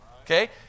Okay